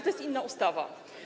To jest inna ustawa.